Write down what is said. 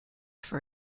for